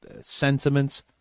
sentiments